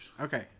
Okay